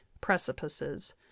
precipices